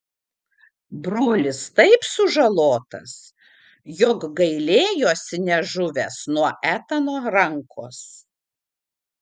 brolis taip sužalotas jog gailėjosi nežuvęs nuo etano rankos